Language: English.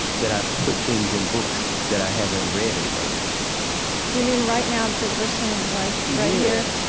that i've put things in books that i haven't read in front of people you mean, right now, for the first time in your life, right here,